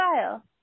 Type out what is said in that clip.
style